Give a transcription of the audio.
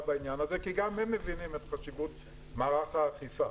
בעניין הזה כי גם הם מבינים את חשיבות מערך האכיפה,